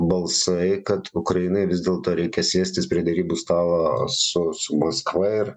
balsai kad ukrainai vis dėlto reikia sėstis prie derybų stalo su su maskva ir